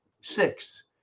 Six